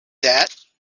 that